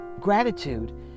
gratitude